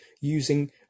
using